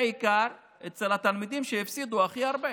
בעיקר אצל התלמידים שהפסידו הכי הרבה,